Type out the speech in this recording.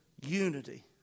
unity